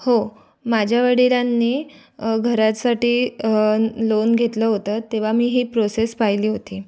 हो माझ्या वडिलांनी घरासाठी लोन घेतलं होतं तेव्हा मी ही प्रोसेस पाहिली होती